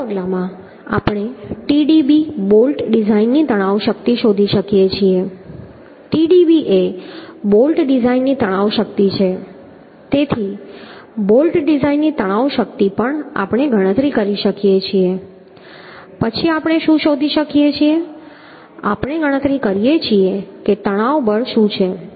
આગળ 6 પગલા માં આપણે Tdb બોલ્ટ ડિઝાઈનની તણાવ શક્તિ શોધી શકીએ છીએ Tdb એ બોલ્ટ ડિઝાઈનની તણાવ શક્તિ છે તેથી બોલ્ટ ડિઝાઈનની તણાવ શક્તિ પણ આપણે ગણતરી કરી શકીએ છીએ પછી આપણે શું શોધી શકીએ છીએ આપણે ગણતરી કરી શકીએ છીએ કે તણાવ બળ શું છે